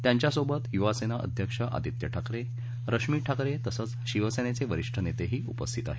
त्यांच्यासोबत युवासेना अध्यक्ष आदित्य ठाकरे रश्मी ठाकरे तसंच शिवसेनेचे वरिष्ठ नेतेही उपस्थित आहेत